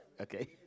Okay